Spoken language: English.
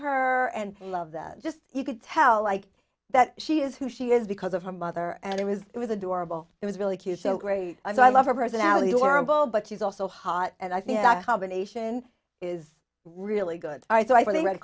her and i love that just you could tell like that she is who she is because of her mother and it was it was adorable it was really cute so great and i love her personality orrible but she's also hot and i think that combination is really good for the red